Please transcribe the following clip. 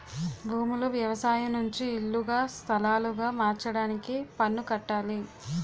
భూములు వ్యవసాయం నుంచి ఇల్లుగా స్థలాలుగా మార్చడానికి పన్ను కట్టాలి